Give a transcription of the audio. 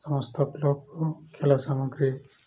ସମସ୍ତ କ୍ଲବ୍କୁ ଖେଳ ସାମଗ୍ରୀ